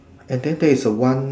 and then there is a one